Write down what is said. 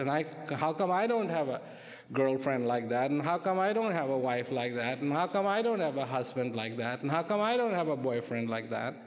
come i don't have a girlfriend like that and how come i don't have a wife like that mark and i don't have a husband like that and how come i don't have a boyfriend like that